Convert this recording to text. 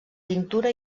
pintura